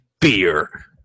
Beer